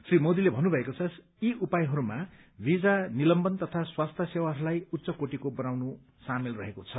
श्री मोदीले भन्नुभएको छ यी उपायहरूमा भीजा निलम्बन तथा स्वास्थ्य सेवाहरूलाई उच्च कोटीको बनाउन सामेल रहेको छ